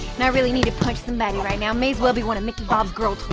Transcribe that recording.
and i really need to punch somebody right now, might as well be one of mickey bob's girl toys.